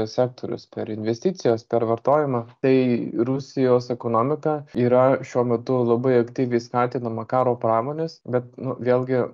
sektorius per investicijas per vartojimą tai rusijos ekonomika yra šiuo metu labai aktyviai skatinama karo pramonės bet nu vėlgi